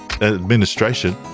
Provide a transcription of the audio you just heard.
administration